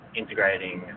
integrating